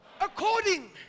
according